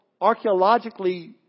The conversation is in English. archaeologically